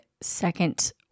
second-